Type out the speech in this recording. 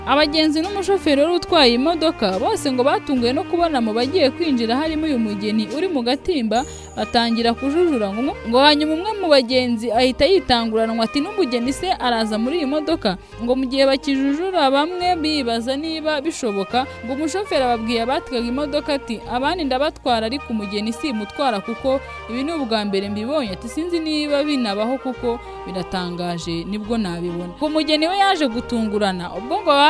Abagenzi n'umushoferi wari utwaye imodoka, bose ngo batunguwe no kubona mu bagiye kwinjira harimo uyu mugeni uri mu gatimba, atangira kujujura. Ngo mu- ngo hanyuma umwe mu bagenzi ahita yitangurana ngo ati, "Ni umugeni se araza muri iyi modoka?" Ngo mu gihe bakijujura bamwe bibaza niba bishoboka ngo umushoferi ababwiye abatwaga imodoka ati, "Abandi ndabatwara ariko umugeni simutwara kuko ibi ni ubwa mbere mbibonye." Ati, "Sinzi niba binabaho kuko biratangaje nibwo nabibona." Ku mugeni we yaje gutungurana. Ubwo ngo